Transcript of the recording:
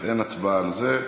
אז אין הצבעה על זה.